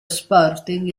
sporting